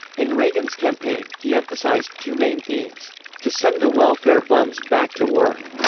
in reagan's campaign, he emphasized two main themes to send the welfare bums back to work,